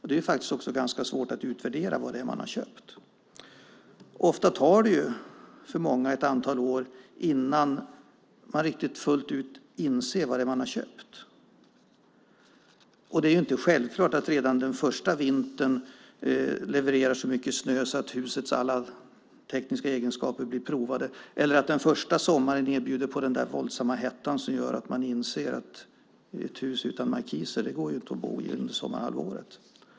Det är faktiskt också ganska svårt att utvärdera vad det är man har köpt. Ofta tar det för många ett antal år innan man fullt ut inser vad det är man har köpt. Och det är inte självklart att redan den första vintern levererar så mycket snö att husets alla tekniska egenskaper blir provade eller att den första sommaren bjuder på den där våldsamma hettan som gör att man inser att ett hus utan markiser inte går att bo i under sommarhalvåret.